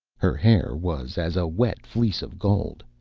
her hair was as a wet fleece of gold,